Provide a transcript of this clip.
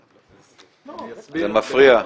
אני אסביר --- זה מפריע.